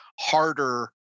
harder